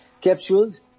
capsules